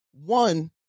one